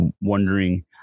wondering